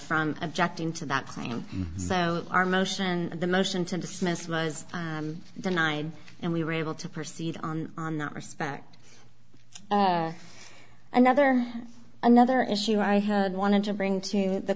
from objecting to that claim so our motion the motion to dismiss was denied and we were able to proceed on on that respect another another issue i had wanted to bring to the